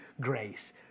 grace